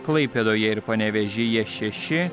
klaipėdoje ir panevėžyje šeši